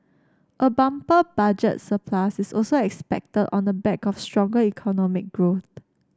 a bumper budget surplus is also expected on the back of stronger economic growth